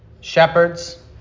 shepherds